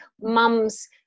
mums